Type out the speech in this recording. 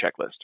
checklist